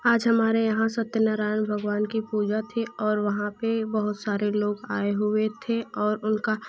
आज हमारे यहाँ सत्यनारायन भगवान की पूजा थी और वहाँ पर बहुत सारे लोग आए हुए थे और उनका